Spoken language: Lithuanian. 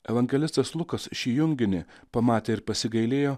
evangelistas lukas šį junginį pamatė ir pasigailėjo